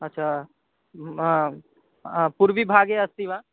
अच्चा मम पूर्वभागे अस्ति वा